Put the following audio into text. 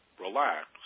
relax